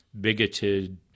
bigoted